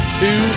two